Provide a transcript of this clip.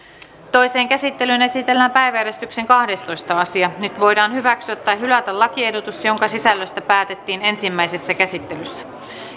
toiseen käsittelyyn esitellään päiväjärjestyksen kahdestoista asia nyt voidaan hyväksyä tai hylätä lakiehdotus jonka sisällöstä päätettiin ensimmäisessä käsittelyssä